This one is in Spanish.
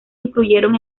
incluyeron